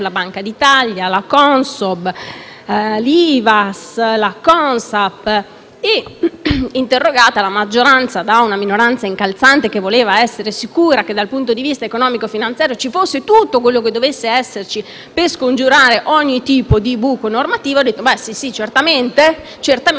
La maggioranza, interrogata da una minoranza incalzante che voleva essere sicura che dal punto di vista economico-finanziario ci fosse tutto quello che dovesse esserci per scongiurare ogni tipo di buco normativo, ha detto: «sì, sì, certamente: se n'è occupato il tavolo tecnico del